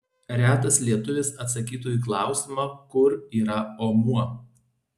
retas lietuvis atsakytų į klausimą kur yra omuo